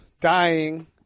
dying